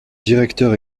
directeur